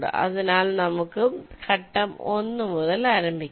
അതിനാൽ നമുക്ക് ഘട്ടം 1 മുതൽ ആരംഭിക്കാം